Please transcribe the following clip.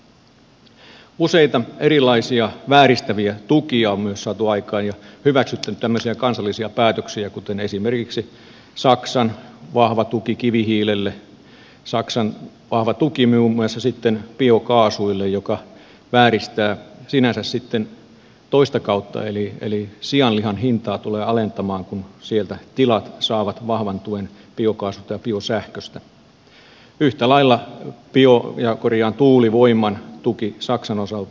myös useita erilaisia vääristäviä tukia on saatu aikaan ja hyväksytty tämmöisiä kansallisia päätöksiä kuten esimerkiksi saksan vahva tuki kivihiilelle saksan vahva tuki muun muassa sitten biokaasulle joka vääristää sinänsä sitten toista kautta eli sianlihan hintaa tulee alentamaan kun siellä tilat saavat vahvan tuen biokaasusta ja biosähköstä ja yhtä lailla tuulivoiman tuki saksan osalta